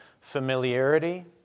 familiarity